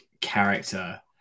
character